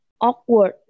awkward